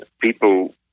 people